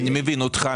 אני מבין אותך.